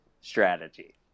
strategy